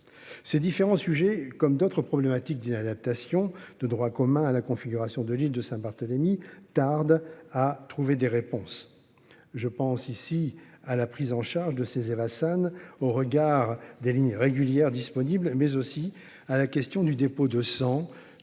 Ces différents sujets comme d'autres problématiques d'inadaptation. De droit commun à la configuration de l'île de Saint-Barthélemy tarde à trouver des réponses. Je pense ici à la prise en charge de ces. Au regard des lignes régulières disponible mais aussi à la question du dépôt de sang